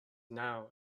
now